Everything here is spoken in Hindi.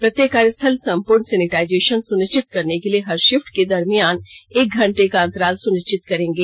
प्रत्येक कार्य स्थल संपूर्ण सैनिटाइजेशन सुनिश्चित करने के लिए हर शिफ्ट के दरमियान एक घंटे का अंतराल सुनिश्चित करेंगे